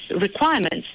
requirements